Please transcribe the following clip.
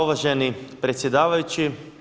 Uvaženi predsjedavajući!